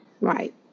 right